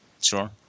Sure